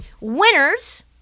Winners